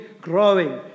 growing